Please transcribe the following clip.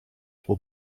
will